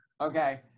Okay